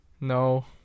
No